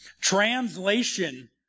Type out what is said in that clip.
Translation